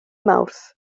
mawrth